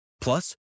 Plus